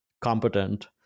competent